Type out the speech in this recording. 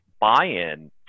buy-in